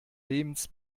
lebens